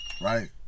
Right